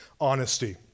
honesty